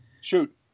Shoot